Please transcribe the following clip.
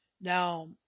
Now